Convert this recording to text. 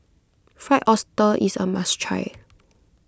Fried Oyster is a must try